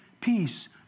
peace